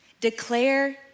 Declare